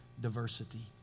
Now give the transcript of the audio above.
diversity